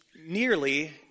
nearly